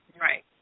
right